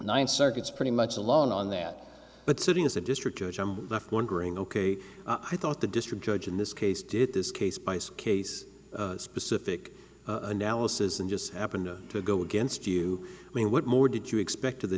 ninth circuit is pretty much alone on that but sitting as a district judge i am left wondering ok i thought the district judge in this case did this case bice case specific analysis and just happened to go against you i mean what more did you expect to the